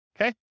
okay